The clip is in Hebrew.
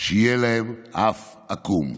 שיהיה להם אף עקום.